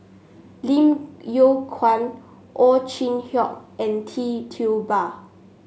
Lim Yew Kuan Ow Chin Hock and Tee Ba